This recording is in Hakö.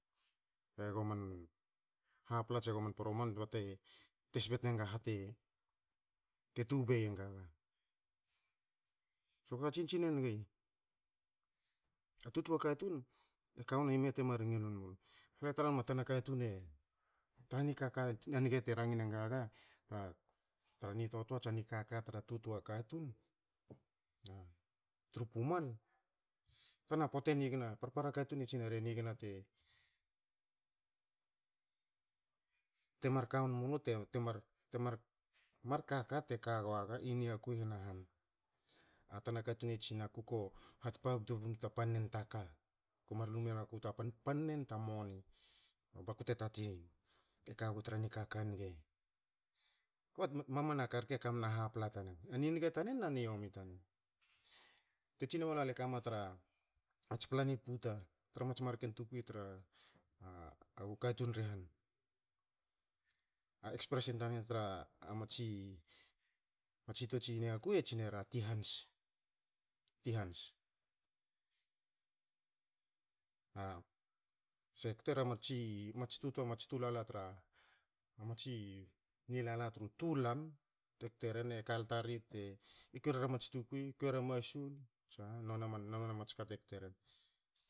Ga goman hapla tsie goman poroman bte te sep e nge a ha te tubei e ngaga. Ko katsin tsin engi, a tutua katun, ka wni me te mar ngil won mulu. Le tra mu tana katun e nani kaka a nge te rangin engaga tra nitotua tsia nikaka tra tutua katun, tru pumal, tana poata e nigna. Parpara katun e tsineri nigna te mar ka wen mulu te mar, te mar- mar kaka te ka guaga i niaku i henahan. A tana katun e tsina aku ko ha tpabtu bum ta pannen ta ka, ko mar lu menaku ta panpannen ta moni. Baku te tatin ka gu tra nikaka nge. Kba mamana ka rke kamna hapla tanen. A ninge tanen na ni yomi tanen. Te tsine malu, ale kama tra ats pla ni puta, mats marken tukwi tra a agu katun ri han, a expression tanen tra tsi mats hitots i niaku e tsineri, "a ti hans" ti hans. A se kte ra tsi mats tutua mats tulala tra matsi tulala tru tu lan te kte ren, e kalta ri bte kwi ere ra mats ka te kte ren.